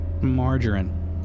margarine